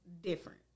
different